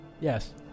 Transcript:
Yes